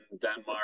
Denmark